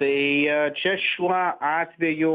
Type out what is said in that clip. tai čia šiuo atveju